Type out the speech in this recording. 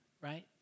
right